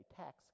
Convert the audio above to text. tax